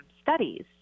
studies